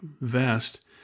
vest